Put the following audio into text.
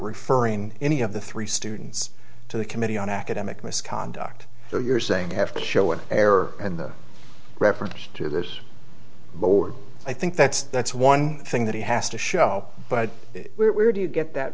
referring any of the three students to the committee on academic misconduct so you're saying you have to show an error and the record to this board i think that's that's one thing that he has to show but we're do you get that